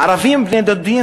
ערבים ובני-דודים,